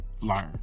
learn